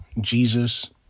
Jesus